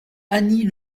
annie